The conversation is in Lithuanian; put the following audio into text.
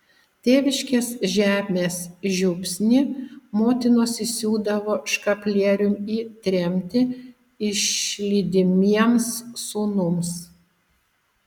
tėviškės žemės žiupsnį motinos įsiūdavo škaplieriun į tremtį išlydimiems sūnums